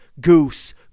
Goose